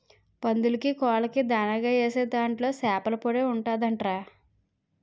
పందులకీ, కోళ్ళకీ దానాగా ఏసే దాంట్లో సేపల పొడే ఉంటదంట్రా